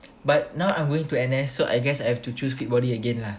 but now I'm going to N_S so I guess I have to choose fit body again lah